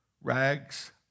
rags